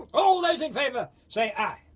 all those in favour say aye?